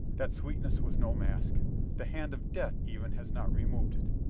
that sweetness was no mask the hand of death even has not removed it!